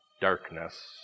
darkness